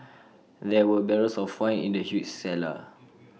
there were barrels of wine in the huge cellar